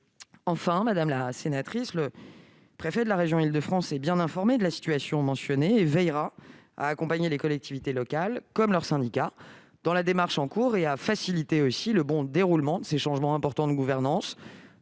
Enfin, madame la sénatrice, le préfet de la région d'Île-de-France est bien informé de la situation que vous avez évoquée et il veillera à accompagner les collectivités locales, comme leurs syndicats, dans la démarche en cours et à faciliter aussi le bon déroulement de ces changements importants de gouvernance,